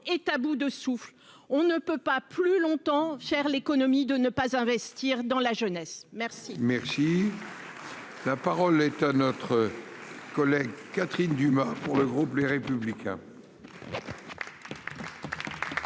est à bout de souffle, on ne peut pas plus longtemps faire l'économie de ne pas investir dans la jeunesse, merci.